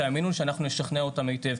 תאמינו שאנחנו נשכנע אותם היטב,